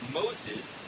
moses